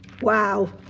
Wow